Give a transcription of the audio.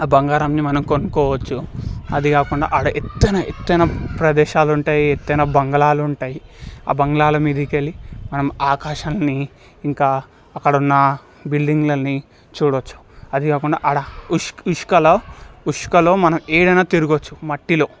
ఆ బంగారాన్ని మనం కొనుక్కోవచ్చు అది కాకుండా ఆడ ఎత్తైన ఎత్తైన ప్రదేశాలుంటయి ఎత్తైన బంగళాలు ఉంటాయి ఆ బంగళాల మీదికెళ్ళి మనం ఆకాశాన్ని ఇంకా అక్కడున్న బిల్డింగ్లన్నీ చూడొచ్చు అది కాకుండా ఆడ ఇసుక ఇసుకలో ఇసుకలో ఏడైనా తిరగవచ్చు మట్టిలో